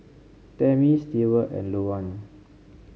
Tammie Steward and Louann